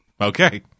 Okay